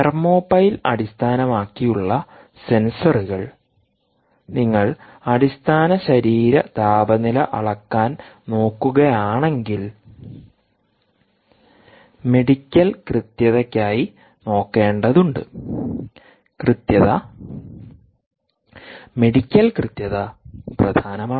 thermopile അടിസ്ഥാനമാക്കിയുള്ള സെൻസറുകൾ നിങ്ങൾ അടിസ്ഥാന ശരീര താപനില അളക്കാൻ നോക്കുകയാണെങ്കിൽ മെഡിക്കൽ കൃത്യതയ്ക്കായി നോക്കേണ്ടതുണ്ട് കൃത്യത മെഡിക്കൽ കൃത്യത പ്രധാനമാണ്